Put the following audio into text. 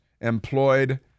employed